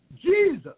Jesus